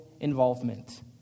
involvement